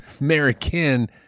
American